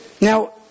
Now